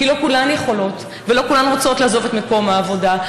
כי לא כולן יכולות ולא כולן רוצות לעזוב את מקום העבודה,